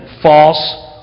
false